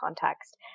context